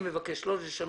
אני מבקש לא לשנות.